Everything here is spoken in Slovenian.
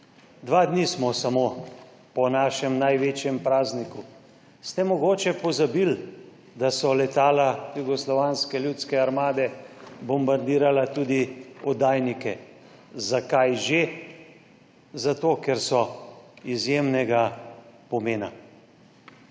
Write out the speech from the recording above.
dva dni po našem največjem prazniku smo. Ste mogoče pozabili, da so letala Jugoslovanske ljudske armade bombardirala tudi oddajnike? Zakaj že? Zato, ker so izjemnega pomena.